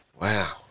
Wow